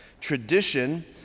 tradition